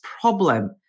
problem